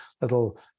little